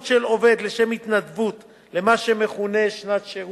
של עובד לשם התנדבות למה שמכונה "שנת שירות",